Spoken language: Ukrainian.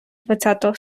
двадцятого